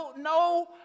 no